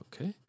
Okay